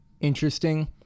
interesting